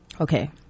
Okay